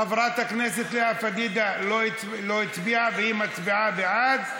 חברת הכנסת לאה פדידה לא הצביעה והיא מצביעה בעד.